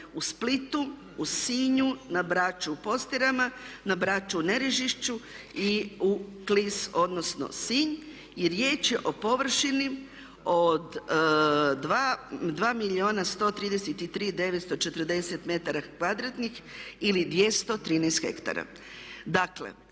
u Splitu, u Sinju, na Braču u Postirama, na Braču u Nerežišću i u Klis odnosno Sinj. I riječ je o površini od 2 milijuna 133 940 m2 ili 213 ha. Dakle,